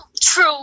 true